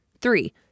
Three